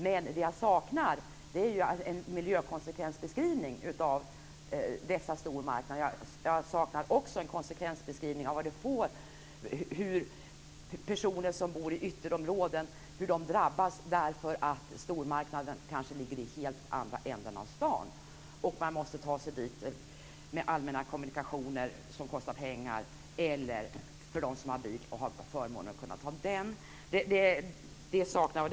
Men jag saknar en miljökonsekvensbeskrivning av dessa stormarknader. Jag saknar också en konsekvensbeskrivning av hur personer i ytterområden drabbas därför att stormarknaden ligger i helt andra änden av staden och de måste ta sig dit med allmänna kommunikationer som kostar pengar. De som har förmånen att ha bil kan ta den.